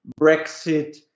Brexit